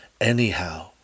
anyhow